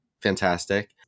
Fantastic